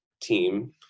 team